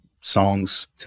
songs